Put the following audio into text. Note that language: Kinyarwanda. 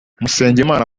musengimana